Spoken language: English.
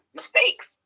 mistakes